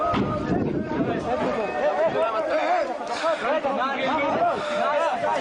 שמגיעים אלינו בהם שוטרים מתנכלים לאזרחים